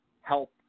help